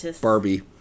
Barbie